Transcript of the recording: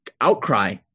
outcry